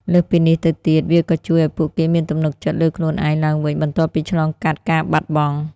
លើសពីនេះទៅទៀត វាក៏ជួយឱ្យពួកគេមានទំនុកចិត្តលើខ្លួនឯងឡើងវិញបន្ទាប់ពីឆ្លងកាត់ការបាត់បង់។